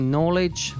Knowledge